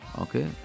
okay